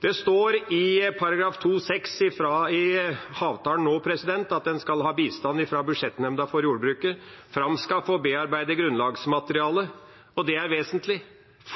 Det står i § 2-6 i avtalen nå at en skal ha bistand fra Budsjettnemnda for jordbruket, som skal «framskaffe og bearbeide grunnlagsmateriale». Det er vesentlig.